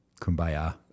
kumbaya